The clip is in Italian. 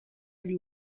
agli